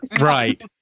Right